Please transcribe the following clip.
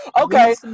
Okay